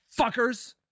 fuckers